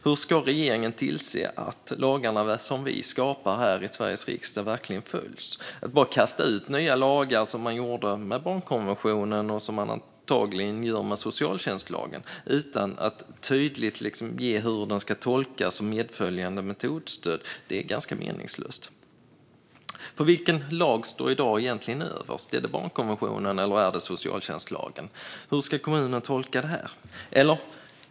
Hur ska regeringen tillse att de lagar som vi i Sveriges riksdag stiftar verkligen följs? Att bara kasta in nya lagar, som man gjorde med barnkonventionen och som man antagligen kommer att göra med socialtjänstlagen, utan att tydligt säga hur de ska tolkas och ge ett medföljande metodstöd är ganska meningslöst. Vilken lag står i dag överst? Är det barnkonventionen eller socialtjänstlagen? Hur ska kommunerna tolka det här?